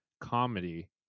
comedy